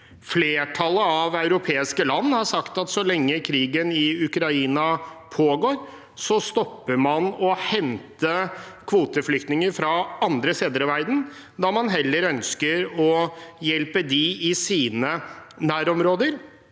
Flertallet av europeiske land har sagt at så lenge krigen i Ukraina pågår, stopper man å hente kvoteflyktninger fra andre steder i verden. Man ønsker heller å hjelpe dem i deres nærområder,